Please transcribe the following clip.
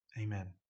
Amen